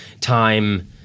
time